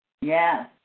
Yes